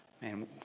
Man